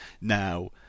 Now